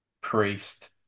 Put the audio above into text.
Priest